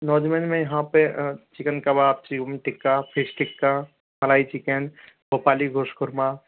नॉज veg में यहाँ पर chicken kebab chicken tikka fish tikka malai chicken Bhopali gosht korma